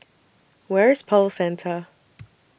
Where IS Pearl Centre